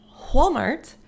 Walmart